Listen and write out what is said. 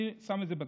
אני שם את זה בצד,